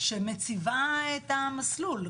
שמציבה את המסלול.